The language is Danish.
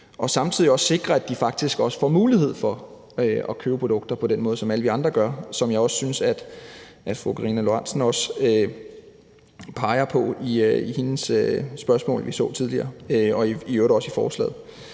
og samtidig også sikre, at de faktisk også får mulighed for at købe produkter på den måde, som alle vi andre gør, hvilket jeg også syntes at fru Karina Lorentzen Dehnhardt pegede på i sit spørgsmål tidligere og i øvrigt også i forslaget.